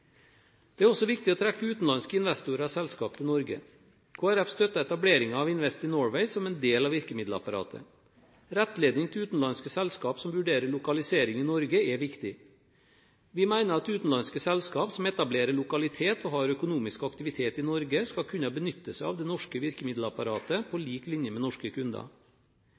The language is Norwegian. Det er også viktig å trekke utenlandske investorer og selskaper til Norge. Kristelig Folkeparti støtter etableringen av Invest in Norway som en del av virkemiddelapparatet. Rettledning til utenlandske selskaper som vurderer lokalisering i Norge, er viktig. Vi mener at utenlandske selskaper som etablerer lokalitet og har økonomisk aktivitet i Norge, skal kunne benytte seg av det norske virkemiddelapparatet på lik linje med norske kunder.